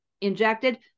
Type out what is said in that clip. injected